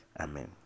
Amen